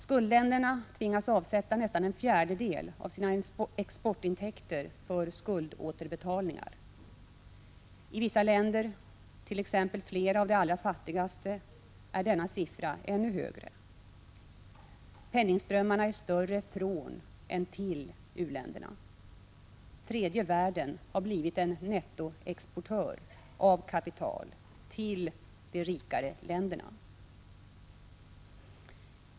Skuldländerna tvingas avsätta nästan en fjärdedel av sina exportintäkter för skuldåterbetalningar. I vissa länder, t.ex. flera av de allra fattigaste, är denna siffra ännu högre. Penningströmmarna är större från än till u-länderna. Tredje världen har blivit en nettoexportör av kapital till de rikare länderna.